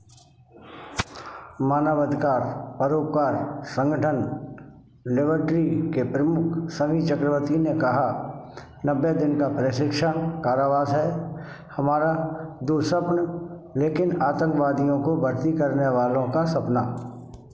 मानवाधिकार परोपकार संगठन लिबर्टी के प्रमुख शमी चक्रवर्ती ने कहा नब्बे दिन का प्रशिक्षण कारावास है हमारा दुःस्वप्न लेकिन आतंकवादियों को भर्ती करने वालों का सपना